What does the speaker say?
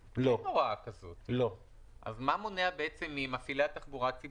כאמור בתקנה 4(8); (8)מפעיל תחנת תחבורה יבשתית,